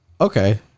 okay